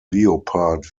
leopard